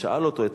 ושאל אותו,